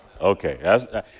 okay